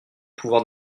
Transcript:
pouvoir